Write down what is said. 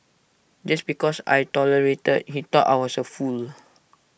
just because I tolerated he thought I was A fool